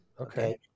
Okay